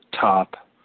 top